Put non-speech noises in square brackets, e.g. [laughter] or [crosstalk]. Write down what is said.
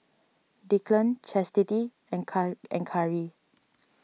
Declan Chastity and [unintelligible] and Khari